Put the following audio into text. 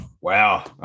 Wow